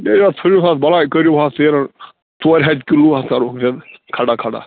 ہے ژھُنۍہوٗس حظ بلایہِ کٔرِو حظ تیٖرَن ژورِ ہَتہِ کِلوٗ حظ کَرَو زِنٛدٕ کھڑا کھڑا